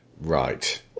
Right